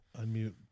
Unmute